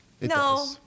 No